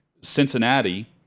Cincinnati